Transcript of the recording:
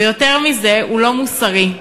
ויותר מזה, גם לא מוסרי,